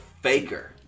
faker